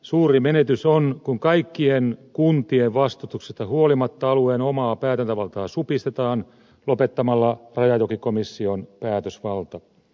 suuri menetys on kun kaikkien kuntien vastustuksesta huolimatta alueen omaa päätäntävaltaa supistetaan lopettamalla rajajokikomission päätösvalta